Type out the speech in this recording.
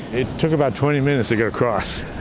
it took about twenty minutes to get across.